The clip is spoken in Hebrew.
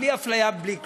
בלי אפליה ובלי כלום.